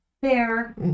Fair